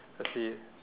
let's see